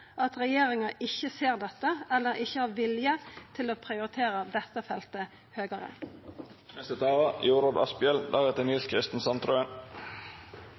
at regjeringa ikkje ser dette eller har vilje til å prioritera dette feltet